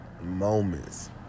moments